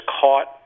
caught